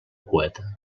poeta